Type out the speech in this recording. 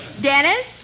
Dennis